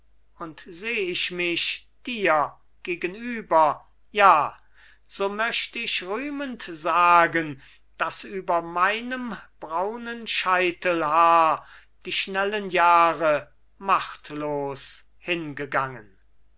und seh ich mich dir gegenüber ja so möcht ich rühmend sagen daß über meinem braunen scheitelhaar die schnellen jahre machtlos hingegangen